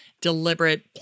deliberate